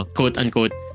Quote-unquote